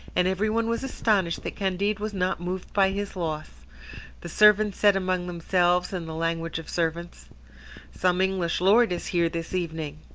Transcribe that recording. and every one was astonished that candide was not moved by his loss the servants said among themselves, in the language of servants some english lord is here this evening.